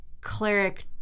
cleric